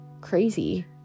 crazy